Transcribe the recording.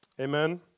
Amen